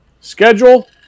Schedule –